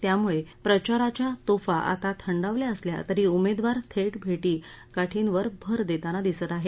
त्यामुळं प्रचाराच्या तोफा आता थंडावल्या असल्या तरी उमेदवार थेट भेटी गाठींवर भर देताना दिसत आहेत